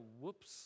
whoops